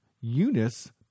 Eunice